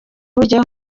buryo